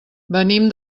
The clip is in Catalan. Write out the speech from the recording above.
venim